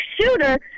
shooter